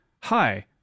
hi